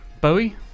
Bowie